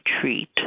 treat